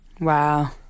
Wow